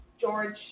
George